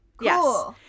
Yes